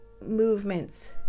movements